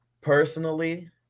personally